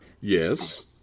Yes